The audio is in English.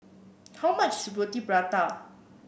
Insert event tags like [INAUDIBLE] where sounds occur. how much is [UNINTELLIGIBLE] prata